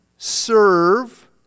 serve